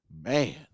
man